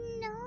No